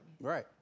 Right